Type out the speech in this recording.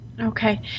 Okay